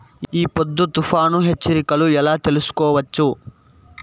ఈ పొద్దు తుఫాను హెచ్చరికలు ఎలా తెలుసుకోవచ్చు?